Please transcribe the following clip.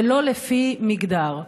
ולא לפי מגדר.